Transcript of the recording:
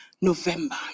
November